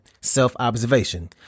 Self-observation